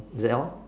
well